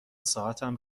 ساعتم